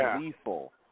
lethal